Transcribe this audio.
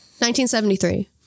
1973